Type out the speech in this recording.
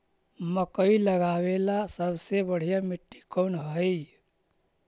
मकई लगावेला सबसे बढ़िया मिट्टी कौन हैइ?